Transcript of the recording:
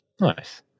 Nice